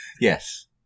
Yes